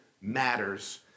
matters